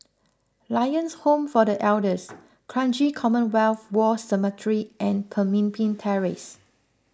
Lions Home for the Elders Kranji Commonwealth War Cemetery and Pemimpin Terrace